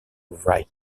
write